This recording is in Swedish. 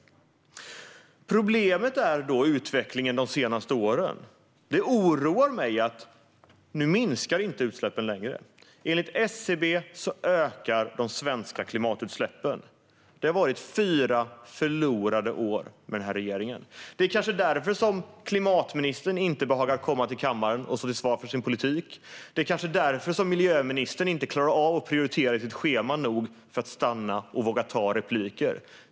Problemet är de senaste årens utveckling. Det oroar mig att utsläppen inte längre minskar. Enligt SCB ökar de svenska klimatutsläppen. Vi har haft fyra förlorade år i och med denna regering. Det är kanske därför klimatministern inte behagar komma till kammaren och stå till svars för sin politik. Det är kanske därför miljöministern inte klarar av att prioritera i sitt schema nog för att stanna och ta repliker.